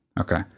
Okay